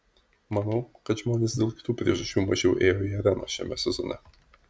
manau kad žmonės dėl kitų priežasčių mažiau ėjo į areną šiame sezone